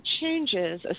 changes